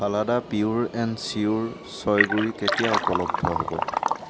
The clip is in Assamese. ফালাডা পিয়'ৰ এণ্ড চিয়'ৰ চয় গুড়ি কেতিয়া উপলব্ধ হ'ব